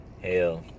Hell